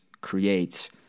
creates